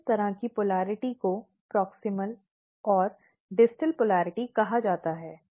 तो इस तरह की पोलिरटी को प्रॉक्सिमॅल और डिस्टॅल पोलिरटी कहा जाता है